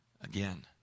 again